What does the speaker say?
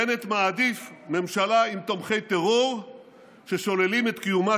בנט מעדיף ממשלה עם תומכי טרור ששוללים את קיומה